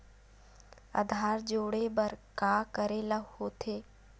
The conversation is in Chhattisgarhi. आधार जोड़े बर का करे ला होथे?